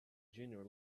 junior